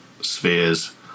Spheres